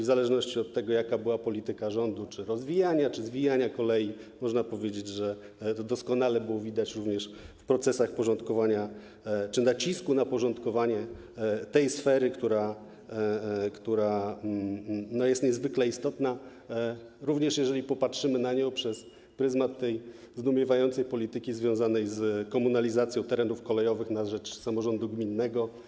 W zależności od tego, jaka była polityka rządu, czy rozwijania, czy zwijania kolei, można powiedzieć, że doskonale było to widać również w procesach porządkowania czy nacisku na porządkowanie tej sfery, która jest niezwykle istotna, również wtedy, gdy popatrzymy na nią przez pryzmat tej zdumiewającej polityki związanej z komunalizacją terenów kolejowych na rzecz samorządu gminnego.